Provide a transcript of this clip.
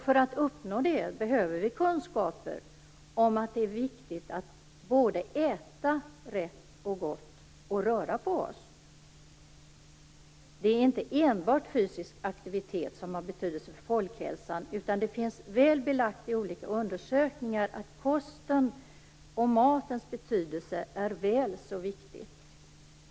För att uppnå det behöver vi kunskaper om att det är viktigt att både äta rätt och gott och röra på oss. Det är inte enbart fysisk aktivitet som har betydelse för folkhälsan, utan det finns väl belagt i olika undersökningar att kostens och matens betydelse är väl så viktig.